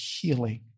healing